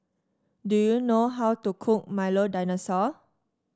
do you know how to cook Milo Dinosaur